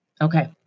Okay